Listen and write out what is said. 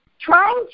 trying